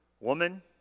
woman